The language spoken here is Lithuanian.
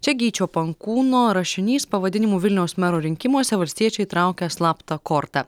čia gyčio pankūno rašinys pavadinimu vilniaus mero rinkimuose valstiečiai traukia slaptą kortą